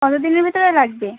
কতো দিনের ভেতরে লাগবে